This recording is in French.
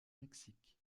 mexique